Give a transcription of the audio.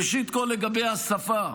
ראשית כול, לגבי השפה.